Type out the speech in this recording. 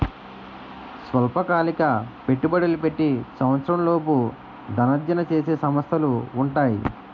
స్వల్పకాలిక పెట్టుబడులు పెట్టి సంవత్సరంలోపు ధనార్జన చేసే సంస్థలు ఉంటాయి